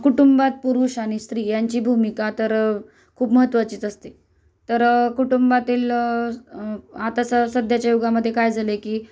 कुटुंबात पुरुष आणि स्त्रियाची भूमिका तर खूप महत्त्वाचीच असते तर कुटुंबातील आता स सध्याच्या युगामध्ये काय झालं आहे की